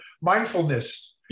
mindfulness